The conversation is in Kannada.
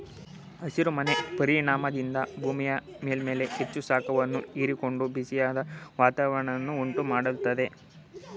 ಹಸಿರು ಮನೆ ಪರಿಣಾಮದಿಂದ ಭೂಮಿಯ ಮೇಲ್ಮೈ ಹೆಚ್ಚು ಶಾಖವನ್ನು ಹೀರಿಕೊಂಡು ಬಿಸಿಯಾದ ವಾತಾವರಣವನ್ನು ಉಂಟು ಮಾಡತ್ತದೆ